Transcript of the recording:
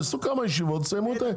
יעשו כמה ישיבות ויסיימו את הנושא.